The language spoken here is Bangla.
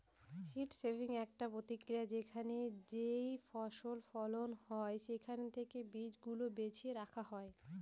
সীড সেভিং একটা প্রক্রিয়া যেখানে যেইফসল ফলন হয় সেখান থেকে বীজ গুলা বেছে রাখা হয়